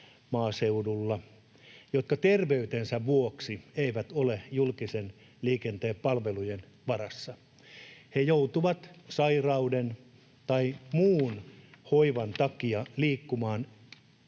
ihmisiä, jotka terveytensä vuoksi eivät ole julkisen liikenteen palvelujen varassa. He joutuvat sairauden tai muun hoivan takia liikkumaan